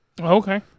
Okay